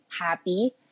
happy